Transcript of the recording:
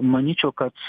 manyčiau kad